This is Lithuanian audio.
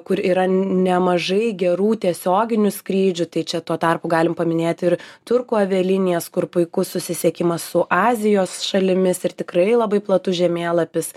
kur yra nemažai gerų tiesioginių skrydžių tai čia tuo tarpu galim paminėt ir turkų avialinijas kur puikus susisiekimas su azijos šalimis ir tikrai labai platus žemėlapis